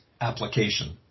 application